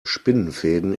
spinnenfäden